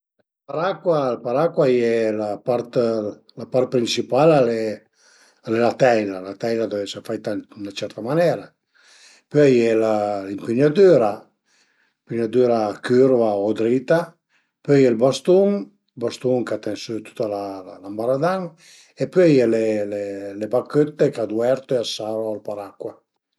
Ël paracua, ël paracua a ie la part, la part principal al e la teila, la teila a deu esi faita ën 'na certa manera, pöi a ie l'impügnadüra, l'impügnadüra cürva o drita, pöi ël bastun, ël bastun ch'a ten sü tüt l'ambaradan e pöi a ie le le bachëtte ch'a duvertu e a seru ël paracua